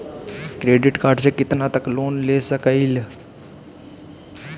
Credit card से कितना तक लोन ले सकईल?